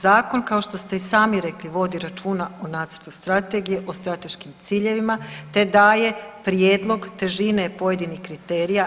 Zakon kao što ste i sami rekli vodi računa o nacrtu strategije, o strateškim ciljevima te daje prijedlog težine pojedinih kriterija.